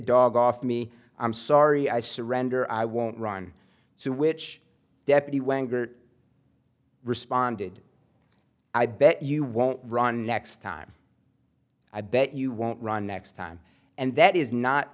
dog off me i'm sorry i surrender i won't run to which deputy wenger responded i bet you won't run next time i bet you won't run next time and that is not